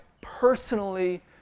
personally